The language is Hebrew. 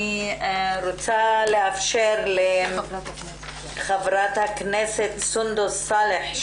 אני רוצה לאפשר לחברת הכנסת סונדוס סאלח,